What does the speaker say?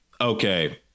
okay